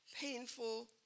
painful